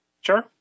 Sure